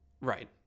Right